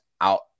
out